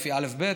לפי אל"ף-בי"ת?